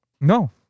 no